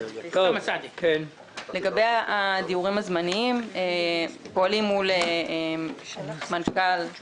לגבי הדיורים הזמניים, פועלים מול הרב